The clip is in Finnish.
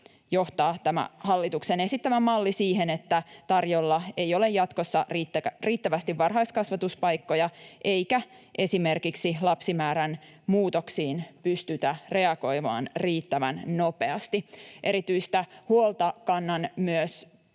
johtaa tämä hallituksen esittämä malli siihen, että tarjolla ei ole jatkossa riittävästi varhaiskasvatuspaikkoja eikä esimerkiksi lapsimäärän muutoksiin pystytä reagoimaan riittävän nopeasti. Erityistä huolta kannan